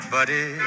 Buddy